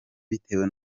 bitewe